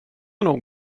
nog